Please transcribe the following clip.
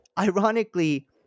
Ironically